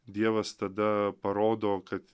dievas tada parodo kad